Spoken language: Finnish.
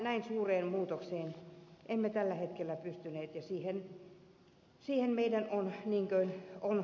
näin suureen muutokseen emme tällä hetkellä pystyneet ja siihen meidän on totuttava